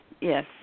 yes